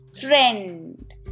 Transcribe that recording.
friend